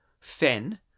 fen